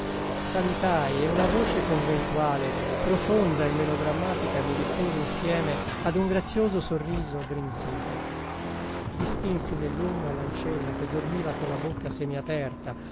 salutai e una voce conventuale profonda e melodrammatica mi rispose insieme ad un grazioso sorriso aggrinzito distinsi nell'ombra l'ancella che dormiva colla bocca semiaperta